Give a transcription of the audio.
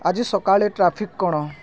ଆଜି ସଖାଳେ ଟ୍ରାଫିକ୍ କ'ଣ